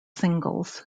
singles